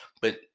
But-